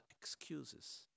excuses